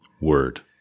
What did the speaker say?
Word